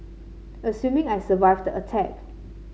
assuming I survived attack